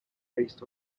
based